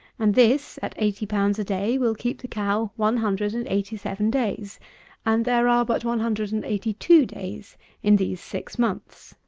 and this, at eighty pounds a day, will keep the cow one hundred and eighty seven days and there are but one hundred and eighty two days in these six months.